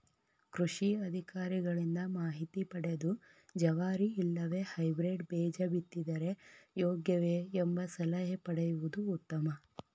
ಕೃಷಿ ಅಧಿಕಾರಿಗಳಿಂದ ಮಾಹಿತಿ ಪದೆದು ಜವಾರಿ ಇಲ್ಲವೆ ಹೈಬ್ರೇಡ್ ಬೇಜ ಬಿತ್ತಿದರೆ ಯೋಗ್ಯವೆ? ಎಂಬ ಸಲಹೆ ಪಡೆಯುವುದು ಉತ್ತಮ